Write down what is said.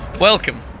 Welcome